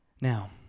Now